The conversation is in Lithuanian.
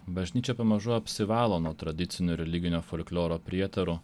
bažnyčia pamažu apsivalo nuo tradicinio religinio folkloro prietarų